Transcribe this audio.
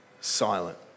silent